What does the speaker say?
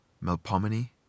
Melpomene